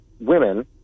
women